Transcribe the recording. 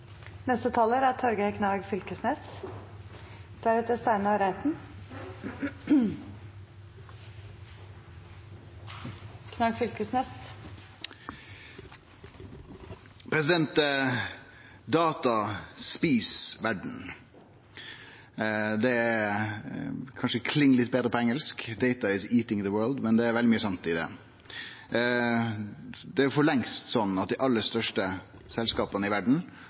Data et verda. Det kling kanskje litt betre på engelsk, «data is eating the world», men det er veldig mykje sant i det. Det er for lengst sånn at dei aller største selskapa i verda